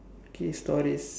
okay stories